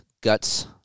guts